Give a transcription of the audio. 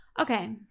Okay